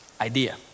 idea